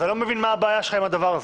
אני לא מבין מה הבעיה שלך עם הדבר הזה.